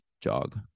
jog